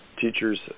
teachers